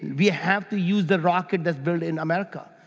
we have to use the rocket that's built in america.